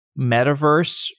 metaverse